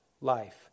life